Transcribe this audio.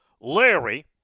Larry